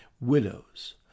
Widows